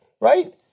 right